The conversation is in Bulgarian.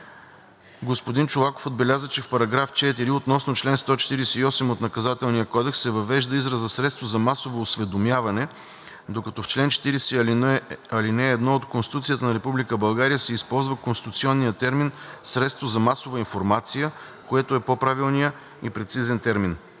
Господин Чолаков отбеляза, че в § 4 относно чл. 148 от Наказателния кодекс се въвежда израза „средство за масово осведомяване“, докато в чл. 40, ал. 1 от Конституцията на Република България се използва конституционният термин „средства за масова информация“, което е по-правилният и прецизен термин.